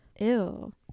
Ew